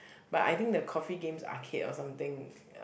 but I think the coffee games arcade or something